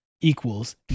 Equals